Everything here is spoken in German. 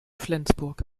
flensburg